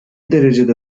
derece